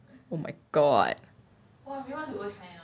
oh my god